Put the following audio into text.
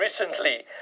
recently